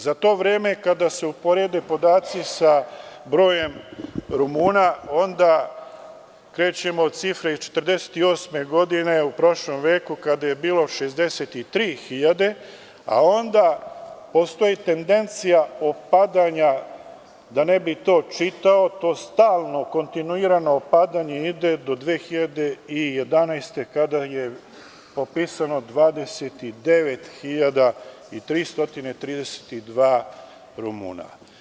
Za to vreme kada se uporede podaci za brojem Rumuna, onda krećemo od cifre iz 1948. godine u prošlom veku kada je bilo 63.000, a onda postoji tendencija opadanja, da ne bih to čitao, to stalno kontinuirano opadanje ide do 2011. godine, kada je popisano 29.332 Rumuna.